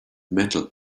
metal